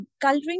coloring